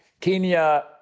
Kenya